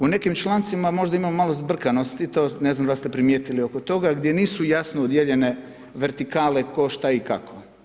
U nekim člancima možda ima malo zbrkanosti, to ne znam da li ste primijetili oko toga, gdje nisu jasno odijeljene vertikale tko, šta i kako.